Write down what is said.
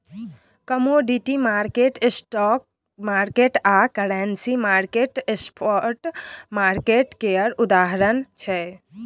commodity market, stock market आ currency market spot market केर उदाहरण छै